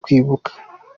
kwibuka